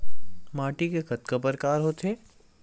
माटी के कतका प्रकार होथे?